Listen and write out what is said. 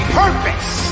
purpose